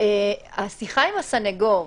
השיחה עם הסנגור,